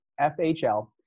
FHL